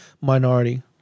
minority